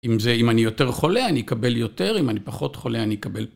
אם אני יותר חולה אני אקבל יותר, אם אני פחות חולה אני אקבל פחות.